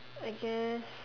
I guess